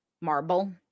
Marble